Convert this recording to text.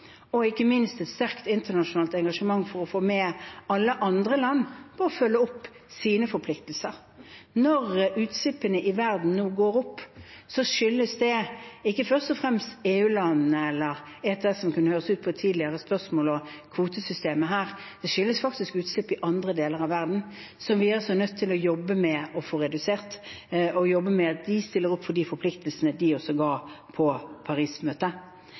og ivaretar klimaet, og ikke minst et sterkt internasjonalt engasjement for å få med alle andre land på å følge opp sine forpliktelser. Når utslippene i verden nå går opp, skyldes det ikke først og fremst EU-landene eller ETS, slik det kunne høres ut på et tidligere spørsmål, og kvotesystemet der. Det skyldes faktisk utslipp i andre deler av verden, som vi er nødt til å jobbe med å få redusert, og med at de stiller opp for de forpliktelsene de også ga på